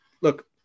look